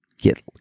get